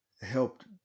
helped